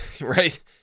right